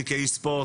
אני כאיש ספורט,